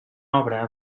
obra